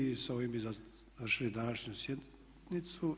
I sa ovim bi završili današnju sjednicu.